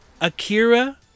Akira